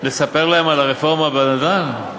לספר להם על הרפורמה בנדל"ן?